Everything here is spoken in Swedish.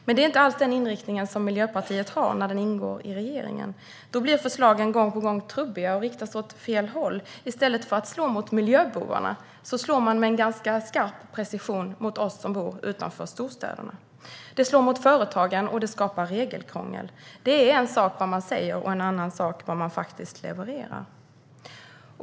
Men det är inte alls den inriktningen som Miljöpartiet har när det ingår i regeringen. Då blir förslagen gång på gång trubbiga och riktas åt fel håll. I stället för att slå mot miljöbovarna slår man med ganska skarp precision mot oss som bor utanför storstäderna. Det slår mot företagen, och det skapar regelkrångel. Det är en sak vad man säger och en annan sak vad man faktiskt levererar.